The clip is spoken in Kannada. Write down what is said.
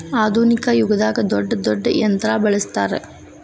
ಆದುನಿಕ ಯುಗದಾಗ ದೊಡ್ಡ ದೊಡ್ಡ ಯಂತ್ರಾ ಬಳಸ್ತಾರ